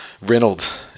reynolds